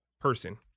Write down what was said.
person